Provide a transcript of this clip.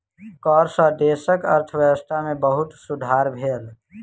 कर सॅ देशक अर्थव्यवस्था में बहुत सुधार भेल